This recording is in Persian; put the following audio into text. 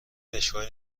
اشکال